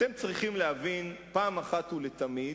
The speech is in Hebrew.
אתם צריכים להבין, פעם אחת ולתמיד,